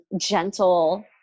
gentle